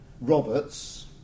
Roberts